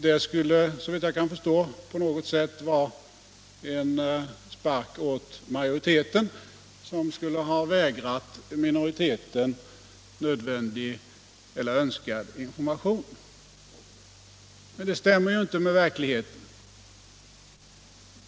Det skulle, såvitt jag kan förstå, på något sätt vara en spark åt majoriteten som skulle ha vägrat minoriteten nödvändig eller önskad information. Men det stämmer ju inte med verkligheten.